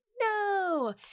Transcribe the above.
no